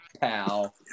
pal